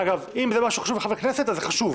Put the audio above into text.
אגב, אם זה מה שחשוב לחבר כנסת, אז זה חשוב.